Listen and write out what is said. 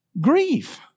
grief